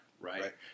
Right